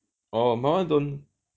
orh my one don't